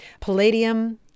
palladium